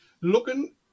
looking